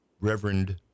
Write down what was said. reverend